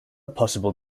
possible